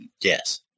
Yes